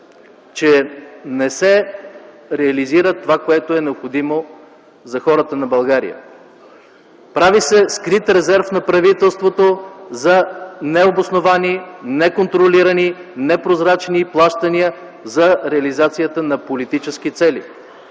че не се реализира това, което е необходимо за хората на България. Прави се скрит резерв на правителството за необосновани, неконтролирани, непрозрачни плащания за реализацията на политически цели.